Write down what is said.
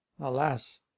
Alas